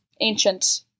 ancient